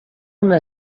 una